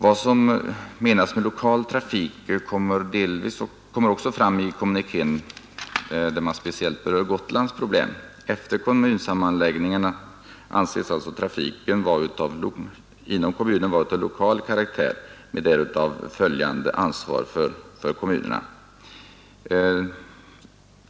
Vad som menas med lokal trafik kommer också fram i kommunikén, där man speciellt berör Gotlands problem. Efter kommunsammanläggningarna anses alltså trafiken inom kommunerna vara av lokal karaktär, med därav följande ansvar för kommunerna.